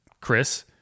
Chris